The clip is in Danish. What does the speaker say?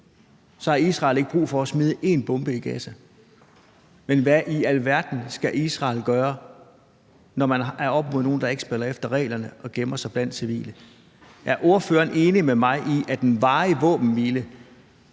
havde Israel ikke brug for at smide én bombe i Gaza. Men hvad i alverden skal Israel gøre, når man er oppe imod nogle, der ikke spiller efter reglerne og gemmer sig blandt civile? Er ordføreren enig med mig i, at en varig våbenhvile